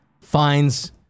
finds